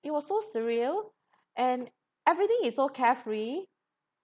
it was so surreal and everything is so carefree